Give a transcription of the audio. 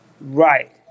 right